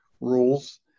rules